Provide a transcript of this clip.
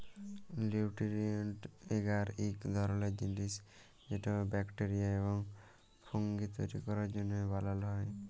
লিউটিরিয়েল্ট এগার ইক ধরলের জিলিস যেট ব্যাকটেরিয়া এবং ফুঙ্গি তৈরি ক্যরার জ্যনহে বালাল হ্যয়